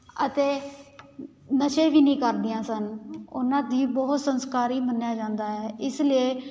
ਅਤੇ ਨਸ਼ੇ ਵੀ ਨਹੀਂ ਕਰਦੀਆਂ ਸਨ ਉਹਨਾਂ ਦੀ ਬਹੁਤ ਸੰਸਕਾਰੀ ਮੰਨਿਆ ਜਾਂਦਾ ਹੈ ਇਸ ਲਈ